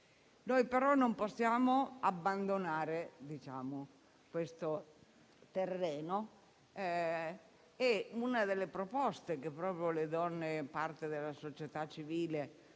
Noi però non possiamo abbandonare questo terreno. Una delle proposte che le donne e parte della società civile